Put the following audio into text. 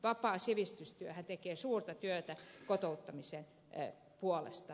vapaa sivistystyöhän tekee suurta työtä kotouttamisen puolesta